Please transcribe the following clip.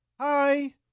Hi